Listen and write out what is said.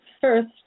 first